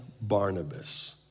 Barnabas